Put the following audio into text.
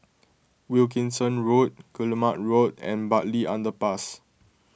Wilkinson Road Guillemard Road and Bartley Underpass